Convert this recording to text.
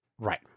Right